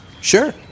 Sure